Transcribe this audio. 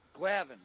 Glavin